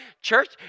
church